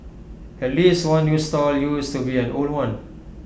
at least one new stall used to be an old one